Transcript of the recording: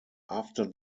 after